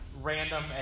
random